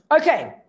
Okay